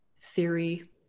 theory